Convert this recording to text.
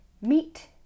Meet